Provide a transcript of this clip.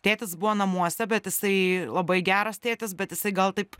tėtis buvo namuose bet jisai labai geras tėtis bet jisai gal taip